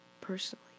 personally